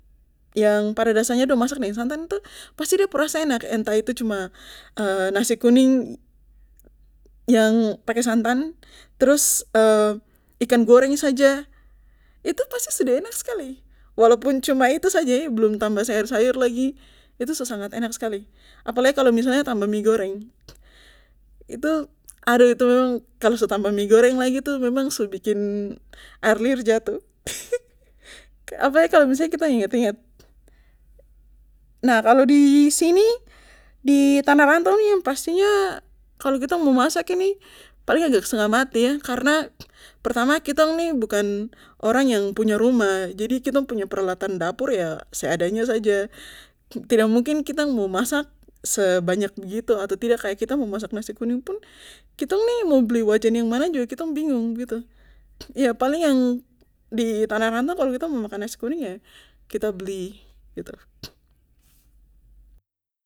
Yang pada dasarnya dong masak deng santan itu pasti de pu rasa enak entah itu cuma nasi kuning yang pake santan trus ikan goreng saja itu pasti sudah enak skali walaupun cuma itu saja belum tambah sayur sayur lagi itu su sangat enak skali apalagi kalo misalnya tambah mie goreng itu aduh itu memang kalo su tambah mie goreng lagi tuh memang su bikin air liur jatuh apalagi kalo misalnya kita ingat ingat nah kalo disini di tanah rantau nih pastinya kalo kitong mo masak ini pasti agak stegah mati karna pertama kitong nih bukan orang yang punya rumah jadi kitong punya peralatan dapur yah seadanya saja tra mungkin kita mo masak sebanyak begitu atau tidak kaya kita mau masak nasi kuning pun kitong nih mo beli wajan yang mana juga kitong binggung begitu yah paling yang di tanah rantau kalo kita mo makan nasi kuning yah kita beli begitu